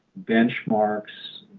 benchmarks,